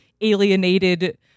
alienated